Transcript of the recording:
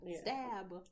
stab